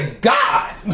God